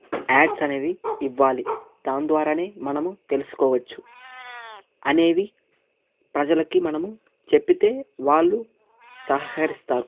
ads అనేది ఇవ్వాలి దాని ద్వారా మనము తెలుసుకోవచ్చు అనేవి ప్రజలకి మనం చెప్తే వాళ్ళు సహకరిస్తారు